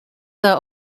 that